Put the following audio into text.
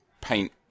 paint